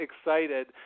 excited